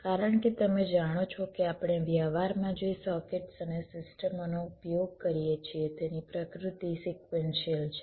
કારણ કે તમે જાણો છો કે આપણે વ્યવહારમાં જે સર્કિટ્સ અને સિસ્ટમોનો ઉપયોગ કરીએ છીએ તેની પ્રકૃતિ સિક્વન્શિયલ છે